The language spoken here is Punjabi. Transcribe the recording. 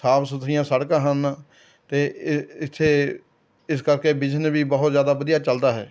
ਸਾਫ ਸੁਥਰੀਆਂ ਸੜਕਾਂ ਹਨ ਅਤੇ ਇ ਇੱਥੇ ਇਸ ਕਰਕੇ ਬਿਜ਼ਨਸ ਵੀ ਬਹੁਤ ਜ਼ਿਆਦਾ ਵਧੀਆ ਚੱਲਦਾ ਹੈ